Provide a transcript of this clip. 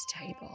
table